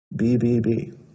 BBB